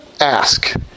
Ask